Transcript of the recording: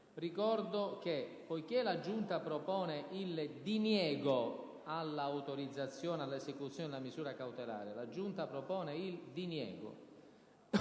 ricordo che, poiché la Giunta propone il diniego dell'autorizzazione all'esecuzione della misura cautelare, coloro che sono favorevoli al diniego